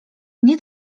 mnie